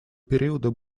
периода